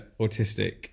autistic